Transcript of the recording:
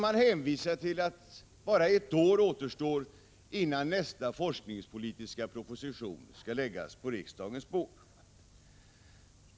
Man hänvisar till att bara ett år återstår innan nästa forskningspolitiska proposi 89 tion skall läggas på riksdagens bord.